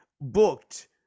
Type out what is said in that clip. booked